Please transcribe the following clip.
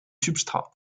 substrat